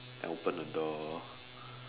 I open the door